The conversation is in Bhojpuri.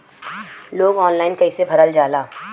लोन ऑनलाइन कइसे भरल जाला?